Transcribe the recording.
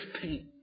paint